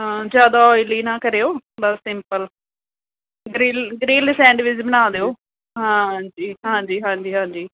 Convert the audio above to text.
ਹਾਂ ਜ਼ਿਆਦਾ ਓਇਲੀ ਨਾ ਕਰਿਓ ਬਸ ਸਿੰਪਲ ਗਰਿਲ ਗਰਿਲ ਸੈਂਡਵਿਚ ਬਣਾ ਦਿਓ ਹਾਂ ਜੀ ਹਾਂਜੀ ਹਾਂਜੀ ਹਾਂਜੀ